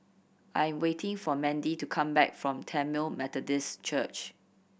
I am waiting for Mandy to come back from Tamil Methodist Church